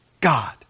God